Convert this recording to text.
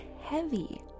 heavy